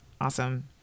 Awesome